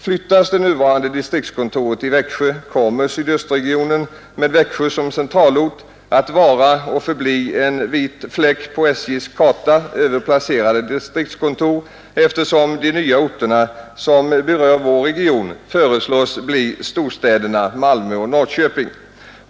Flyttas det nuvarande distriktskontoret från Växjö kommer sydostregionen med Växjö som centralort att vara och förbli en vit fläck på SJ:s karta över placerade distriktskontor, eftersom de nya orterna som berör vår region föreslås bli storstäderna Malmö och Norrköping.